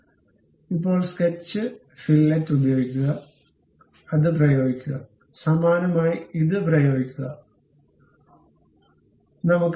അതിനാൽ ഇപ്പോൾ sketch fillet ഉപയോഗിക്കുക അത് പ്രയോഗിക്കുക സമാനമായി ഇത് പ്രയോഗിക്കുക ഇത് പ്രയോഗിക്കുക